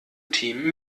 team